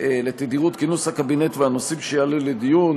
לתדירות כינוס הקבינט והנושאים שיעלו לדיון,